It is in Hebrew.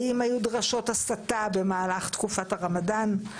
האם היו דרשות הסתה במהלך תקופת הרמדאן?